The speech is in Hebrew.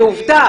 זו עובדה.